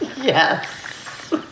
Yes